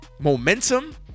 momentum